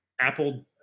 Apple